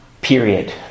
period